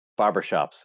barbershops